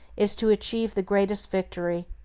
is to achieve the greatest victory.